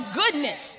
goodness